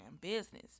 business